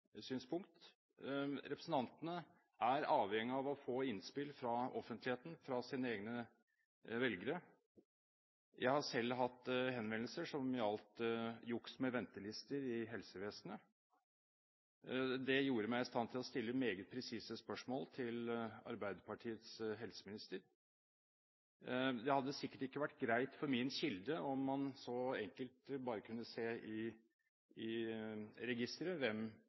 Representantene er avhengige av å få innspill fra offentligheten, fra sine egne velgere. Jeg har selv hatt henvendelser som gjaldt juks med ventelister i helsevesenet. Det gjorde meg i stand til å stille meget presise spørsmål til Arbeiderpartiets helseminister. Det hadde sikkert ikke vært greit for min kilde om man så enkelt bare kunne se i registeret hvem